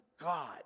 God